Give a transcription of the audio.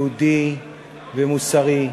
יהודי ומוסרי,